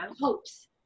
hopes